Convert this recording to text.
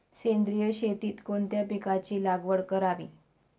सेंद्रिय शेतीत कोणत्या पिकाची लागवड करावी?